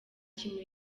kintu